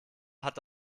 hat